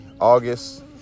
August